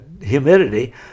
humidity